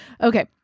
okay